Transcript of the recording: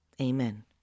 Amen